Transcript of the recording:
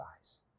eyes